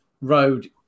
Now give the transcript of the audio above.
road